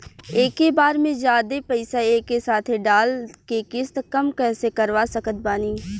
एके बार मे जादे पईसा एके साथे डाल के किश्त कम कैसे करवा सकत बानी?